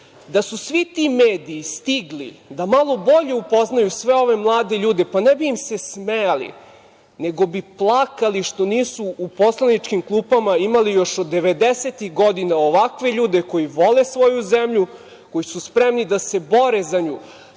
Da su svi ti mediji stigli da malo bolje upoznaju sve ove mlade ljude, pa ne bi im se smejali, nego bi plakali što nisu u poslaničkim klupama imali još od devedesetih godina ovakve ljude koji vole svoju zemlju, koji su spremni da se bore za nju,